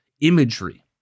imagery